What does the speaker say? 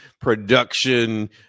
production